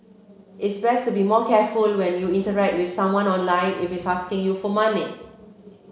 it's best to be more careful when you interact with someone online if he's asking you for money